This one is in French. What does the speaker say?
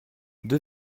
deux